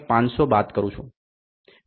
500 બાદ કરું છું